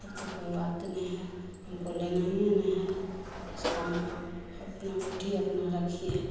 फिर तो कोई बाते नहीं है हमको लेना ही नहीं है बस कम अपना अँगूठी अपना रखिए